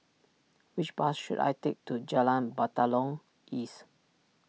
which bus should I take to Jalan Batalong East